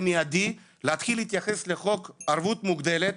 להתחיל להתייחס במיידי לחוק ערבות מוגדלת,